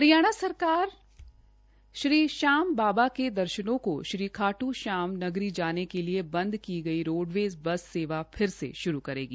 हरियाणा सराकर ने श्री श्याम बाबा के दर्शनों को श्री खाटू श्याम नगरी जाने के लिए बंद की गई रोडवेज बस सेवा फिर से श्रू करेगी